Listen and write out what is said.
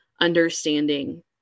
understanding